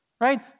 right